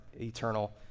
eternal